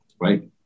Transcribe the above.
right